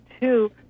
two